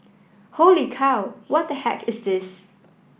holy cow what the heck is this